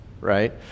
right